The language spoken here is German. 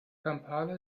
kampala